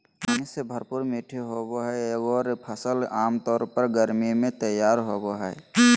पानी से भरपूर मीठे होबो हइ एगोर फ़सल आमतौर पर गर्मी में तैयार होबो हइ